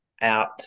out